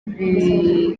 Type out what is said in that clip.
buri